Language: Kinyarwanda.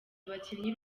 abakinnyi